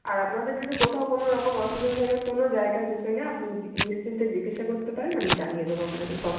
আর আপনাদের যদি কোথাও কোনো রকম অসুবিধা থাকে কোনো জায়গার বিষয় নিয়ে আপনি নিশ্চিন্তে জিজ্ঞাসা করতে পারেন আমি জানিয়ে দেবো আপনাকে সব